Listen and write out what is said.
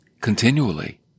continually